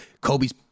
Kobe's